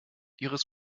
ihres